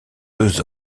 deux